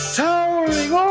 towering